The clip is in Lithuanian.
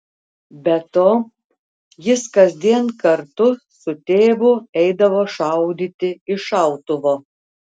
be to jis kasdien kartu su tėvu eidavo šaudyti iš šautuvo